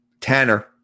Tanner